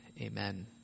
Amen